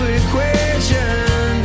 equation